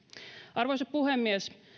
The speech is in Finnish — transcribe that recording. arvoisa puhemies